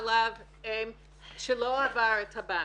בחלב אם שלא עבר את הבנק.